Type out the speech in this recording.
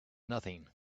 nothing